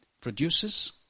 produces